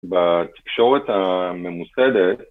בתקשורת הממוסדת.